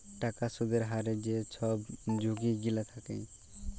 টাকার সুদের হারের যে ছব ঝুঁকি গিলা থ্যাকে